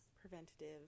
preventative